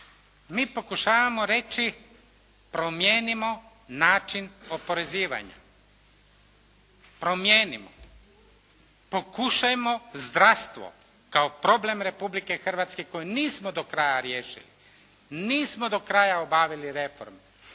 mi pokušavamo reći promijenimo način oporezivanja, promijenimo. Pokušajmo zdravstvo kao problem Republike Hrvatske koji nismo do kraja riješili, nismo do kraja obavili reformu.